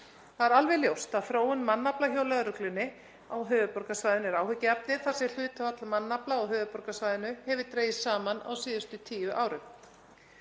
Það er alveg ljóst að þróun mannafla hjá lögreglunni á höfuðborgarsvæðinu er áhyggjuefni þar sem hlutfall mannafla á höfuðborgarsvæðinu hefur dregist saman á síðustu tíu árum.